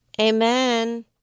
Amen